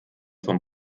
vom